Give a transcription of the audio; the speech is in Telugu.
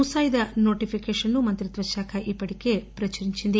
ముసాయిదా నోటిఫికేషన్ ను మంత్రిత్వశాఖ ఇప్పటికే ప్రచురించింది